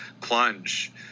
plunge